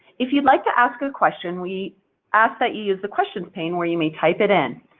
if you'd like to ask a question we ask that you use the questions pane, where you may type it in.